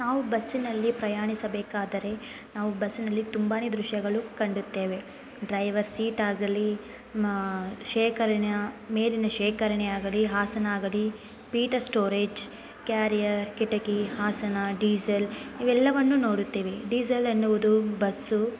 ನಾವು ಬಸ್ಸಿನಲ್ಲಿ ಪ್ರಯಾಣಿಸಬೇಕಾದರೆ ನಾವು ಬಸ್ಸಿನಲ್ಲಿ ತುಂಬಾ ದೃಶ್ಯಗಳು ಕಂಡಿರ್ತೇವೆ ಡ್ರೈವರ್ ಸೀಟ್ ಆಗಲಿ ಶೇಖರಣೆ ಮೇಲಿನ ಶೇಖರಣೆ ಆಗಲಿ ಆಸನ ಆಗಲಿ ಪೀಠ ಸ್ಟೋರೇಜ್ ಕ್ಯಾರಿಯರ್ ಕಿಟಕಿ ಆಸನ ಡೀಸೆಲ್ ಇವೆಲ್ಲವನ್ನು ನೋಡುತ್ತೇವೆ ಡೀಸೆಲ್ ಎನ್ನುವುದು ಬಸ್ಸು